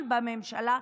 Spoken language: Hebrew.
בממשלה,